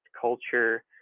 culture